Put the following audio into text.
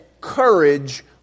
courage